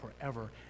forever